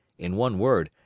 in one word,